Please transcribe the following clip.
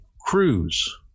cruise